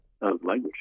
language